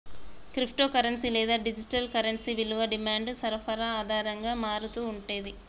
crypto currency లేదా digital currency విలువ డిమాండ్, సరఫరా ఆధారంగా మారతూ ఉంటుండే